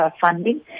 funding